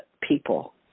people